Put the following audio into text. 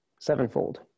Sevenfold